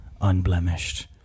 unblemished